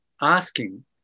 asking